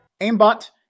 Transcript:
Aimbot